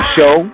Show